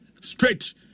Straight